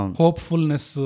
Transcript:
hopefulness